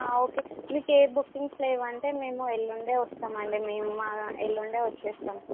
okay మీకే bookings లేవా అంటే మేము ఎల్లుండే వస్తామండి మేము మా ఎల్లుండే వచ్చేస్తాం